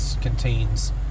contains